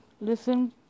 Listen